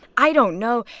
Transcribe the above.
i don't know.